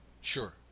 Sure